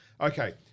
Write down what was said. okay